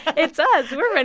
it's us. we're and